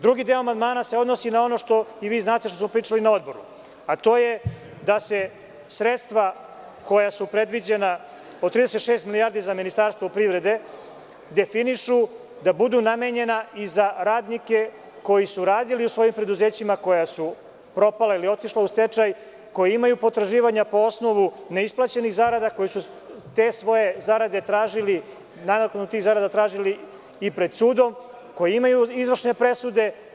Drugi deo amandmana se odnosi na ono što i vi znate, što smo pričali na Odboru, a to je da se sredstva koja su predviđena od 36 milijardi za Ministarstvo privrede definišu i da budu namenjena za radnike koji su radili u svojim preduzećima koja su propala ili otišla u stečaj, koji imaju potraživanja po osnovu neisplaćenih zarada, koji su te svoje zarade tražili, odnosno nadoknadu tih zarada tražili i pred sudom, koji imaju izvršne presude.